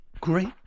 great